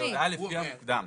לפי המוקדם.